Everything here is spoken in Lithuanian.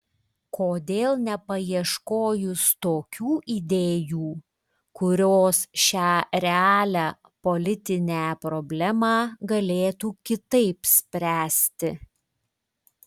kodėl nepaieškojus tokių idėjų kurios šią realią politinę problemą galėtų kitaip spręsti